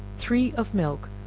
three of milk,